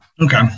Okay